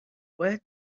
باید